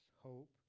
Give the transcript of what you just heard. hope